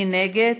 מי נגד?